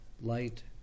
light